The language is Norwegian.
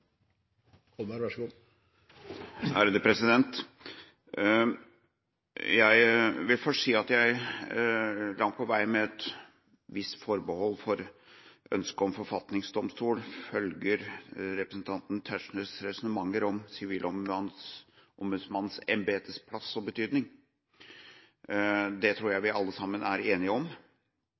Jeg vil få si at jeg langt på vei, med et visst forbehold for ønsket om forfatningsdomstol, følger representanten Tetzschners resonnementer om Sivilombudsmannens embetes plass og betydning. Det tror jeg vi alle sammen er enige om.